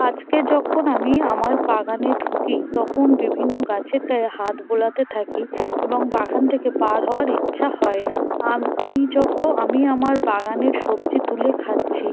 আচকে যখন আমি আমার বাগানে ঢুকি তখন বিভিন্ন গাছের গায়ে হাত বোলাতে থাকি এবং বাগান থেকে বার হওয়ার ইচ্ছা হয় না আমি যকো আমি আমার বাগানের সবজি তুলে খাচ্ছি